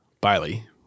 Bailey